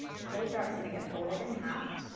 whole dart is going to get folded in half